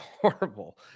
horrible